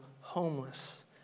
homeless